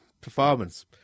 performance